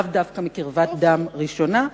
לאו דווקא מקרבת דם ראשונה,